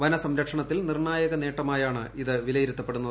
വനസംരക്ഷണത്തിൽ നിർണ്ണായക നേട്ടമായാണ് ഇത് വിലയിരുത്തപ്പെടുന്നത്